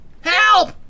Help